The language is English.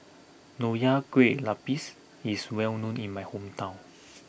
Nonya Kueh Lapis is well known in my hometown